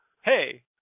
Hey